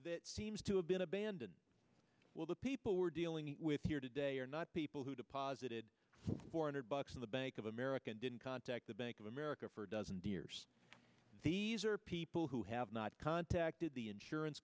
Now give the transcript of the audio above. that seems to have been abandoned well the people we're dealing with here today are not people who deposited four hundred bucks in the bank of america didn't contact the bank of america for a dozen deers these are people who have not contacted the insurance